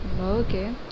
Okay